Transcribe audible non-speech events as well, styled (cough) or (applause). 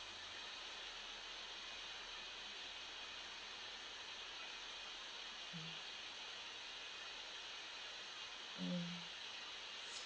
mm (breath)